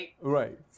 right